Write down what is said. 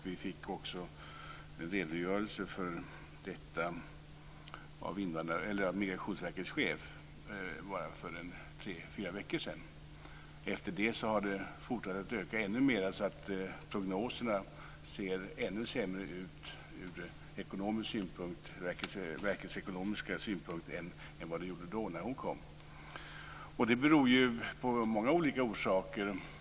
Vi fick också en redogörelse för detta av Migrationsverkets chef för tre fyra veckor sedan. Efter det har det fortsatt att öka ännu mer, så att prognoserna ser ännu sämre ut ur verkets ekonomiska synpunkt än då. Det beror på många olika omständigheter.